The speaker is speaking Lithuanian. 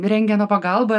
rentgeno pagalba